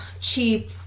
cheap